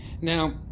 now